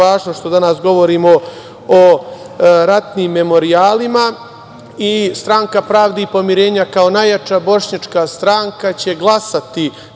važno što danas govorimo o ratnim memorijalima. Stranka pravde i pomirenja, kao najjača bošnjačka stranka, glasaće